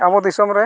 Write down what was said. ᱟᱵᱚ ᱫᱤᱥᱚᱢᱨᱮ